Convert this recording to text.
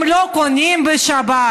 הם לא קונים בשבת?